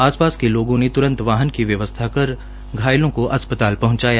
आसपास के लोगों ने त्रंत वाहन की व्यवस्था कर घायलों को अस्पताल पहंचाया